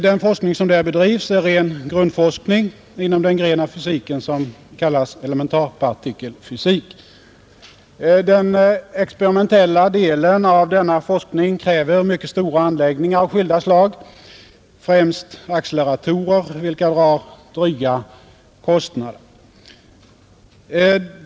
Den forskning som där bedrivs är ren grundforskning inom den gren av fysiken som kallas elementarpartikelfysik. Den experimentella delen av denna forskning kräver mycket stora anläggningar av skilda slag, främst acceleratorer vilka drar dryga kostnader.